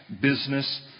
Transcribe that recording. business